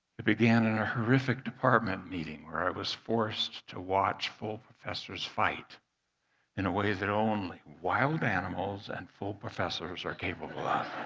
it began in a horrific department meeting where i was forced to watch full professors fight in a way that only wild animals and full professors are capable ah